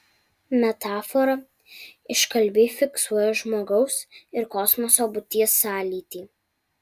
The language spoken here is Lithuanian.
metafora iškalbiai fiksuoja žmogaus ir kosmoso būties sąlytį